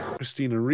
Christina